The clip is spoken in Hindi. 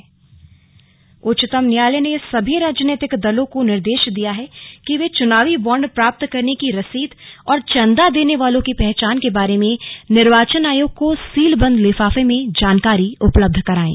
स्लग चुनावी बॉन्ड उच्चतम न्यायालय ने सभी राजनीतिक दलों को निर्देश दिया है कि वे चुनावी बॉन्ड प्राप्त करने की रसीद और चंदा देने वालों की पहचान के बारे में निर्वाचन आयोग को सीलबंद लिफाफे में जानकारी उपलब्ध कराएं